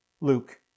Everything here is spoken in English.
Luke